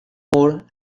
more